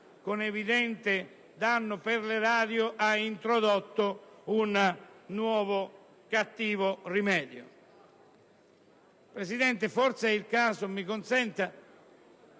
con evidente danno per l'erario, ha introdotto un nuovo cattivo rimedio.